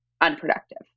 unproductive